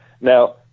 Now